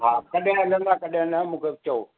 हा कॾहिं हलंदा कॾहिं न मूंखे चओ